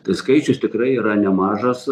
tas skaičius tikrai yra nemažas